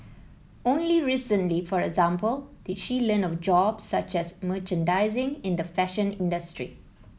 only recently for example did she learn of jobs such as merchandising in the fashion industry